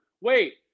Wait